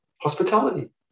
Hospitality